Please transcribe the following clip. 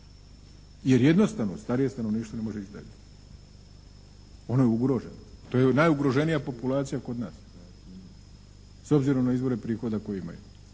Jer jednostavno starije stanovništvo ne može ići dalje. Ono je ugroženo. To je najugroženija populacija kod nas s obzirom na izvore prihoda koje imaju